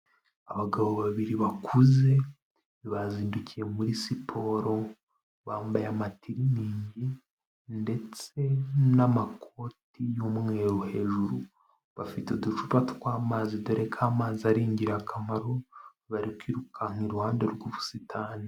Abagabo babiri bakuze, bazindukiye muri siporo, bambaye amatiriningi ndetse n'amakoti y'umweru hejuru, bafite uducupa tw'amazi dore ko amazi ari ingirakamaro, bari kwirukanka iruhande rw'ubusitani.